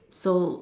so